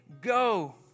go